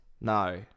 no